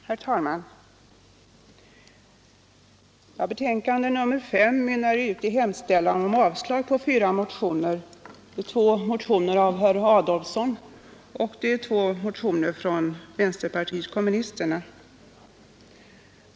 Herr talman! Civilutskottets betänkande nr 5 mynnar ut i hemställan om avslag på fyra motioner — två motioner av herr Adolfsson och två från vänsterpartiet kommunisterna.